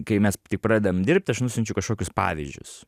kai mes pradedam dirbt aš nusiunčiau kažkokius pavyzdžius